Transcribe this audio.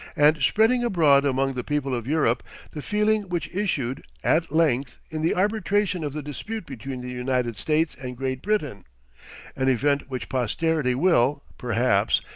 and spreading abroad among the people of europe the feeling which issued, at length, in the arbitration of the dispute between the united states and great britain an event which posterity will, perhaps,